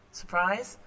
surprise